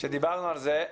שדיברנו על זה.